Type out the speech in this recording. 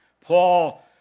Paul